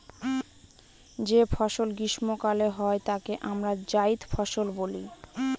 যে ফসল গ্রীস্মকালে হয় তাকে আমরা জাইদ ফসল বলি